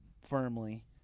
firmly